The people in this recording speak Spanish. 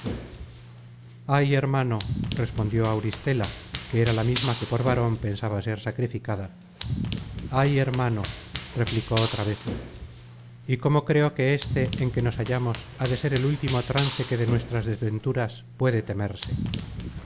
aquí adelante content from google book search generated at ay hermano respondió auristela que era la misma que por varon pensaba ser sacrificada ay hermano replicó otra vez y cómo creo que éste en que nos hallamos ha de ser el último trance que de nuestras desventuras puede temerse